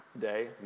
day